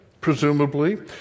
Presumably